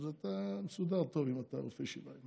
אז אתה מסודר טוב אם אתה רופא שיניים,